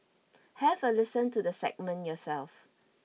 have a listen to the segment yourself